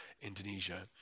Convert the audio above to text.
Indonesia